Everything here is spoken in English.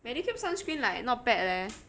Medicube sunscreen like not bad leh